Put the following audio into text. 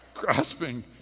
grasping